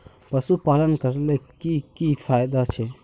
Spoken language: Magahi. पशुपालन करले की की फायदा छे?